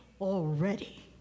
already